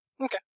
Okay